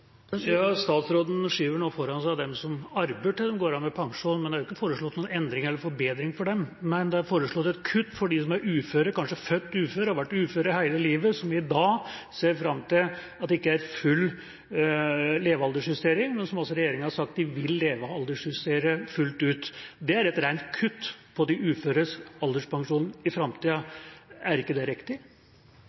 går av med pensjon, men det er jo ikke foreslått noen endringer eller forbedringer for dem, det er foreslått et kutt for dem som er uføre, kanskje født uføre, og som har vært uføre hele livet, som i dag ser fram til at det ikke er full levealdersjustering, men regjeringa har altså sagt at de vil levealdersjustere pensjonen for dem fullt ut. Det er et rent kutt i de uføres alderspensjon i framtida. Er ikke det riktig?